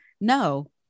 no